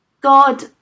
God